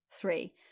Three